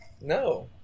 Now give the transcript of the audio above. No